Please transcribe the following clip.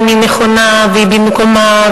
אם היא נכונה והיא במקומה,